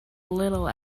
little